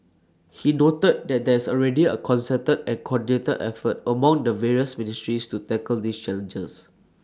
he noted that there is already A concerted and coordinated effort among the various ministries to tackle these challenges